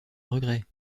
regret